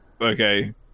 okay